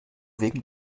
wegen